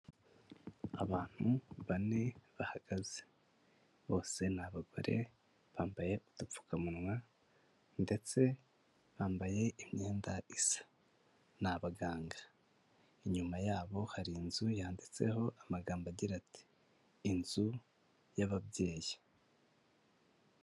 Abantu bane bahagaze, bose ni abagore bambaye udupfukamunwa ndetse bambaye imyenda isa, ni abaganga, inyuma yabo hari inzu yanditseho amagambo agira ati ''inzu y'ababyeyi''.